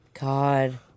God